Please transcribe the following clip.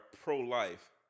pro-life